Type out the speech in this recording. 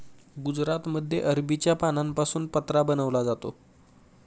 गुजरातमध्ये अरबीच्या पानांपासून पत्रा बनवला जातो